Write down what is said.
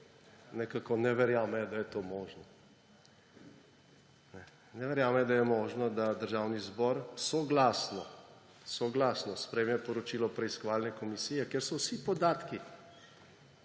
Nekako ne verjamejo, da je to možno. Ne verjamejo, da je možno, da Državni zbor soglasno sprejme poročilo preiskovalne komisije, kjer so vsi podatki